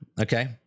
okay